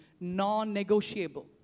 non-negotiable